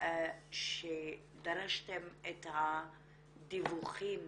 שדרשתם את הדיווחים